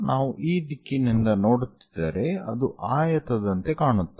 ನಾವು ಈ ದಿಕ್ಕಿನಿಂದ ನೋಡುತ್ತಿದ್ದರೆ ಅದು ಆಯತದಂತೆ ಕಾಣುತ್ತದೆ